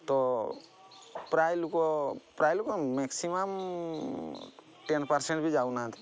ତ ପ୍ରାୟ ଲୋକ ପ୍ରାୟ ଲୋକ ମେକ୍ସିମମ୍ ଟେନ୍ ପର୍ସେଣ୍ଟ୍ ବି ଯାଉନାହାନ୍ତି